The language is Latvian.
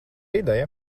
ideja